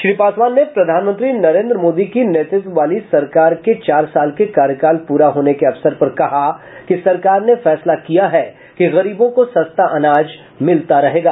श्री पासवान ने प्रधानमंत्री नरेन्द्र मोदी की नेतृत्व वाली सरकार के चार साल के कार्यकाल पूरा होने के अवसर पर कहा कि सरकार ने फैसला किया है कि गरीबों को सस्ता अनाज मिलता रहेगा